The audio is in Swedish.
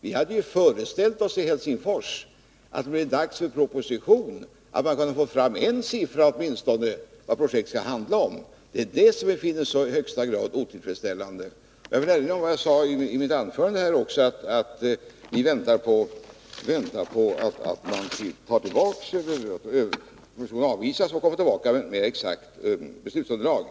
Vi hade i Helsingfors föreställt oss att man när det var dags för en proposition skulle kunna få fram åtminstone en siffra på vad projektet skulle kosta. Så är nu inte fallet, och det är det som vi finner i högsta grad otillfredsställande. Jag vill erinra om vad jag sade i mitt anförande, nämligen att vi väntar oss att propositionen avvisas och att regeringen kommer tillbaka med ett mer exakt beslutsunderlag.